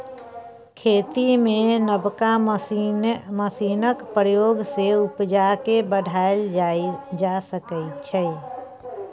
खेती मे नबका मशीनक प्रयोग सँ उपजा केँ बढ़ाएल जा सकै छै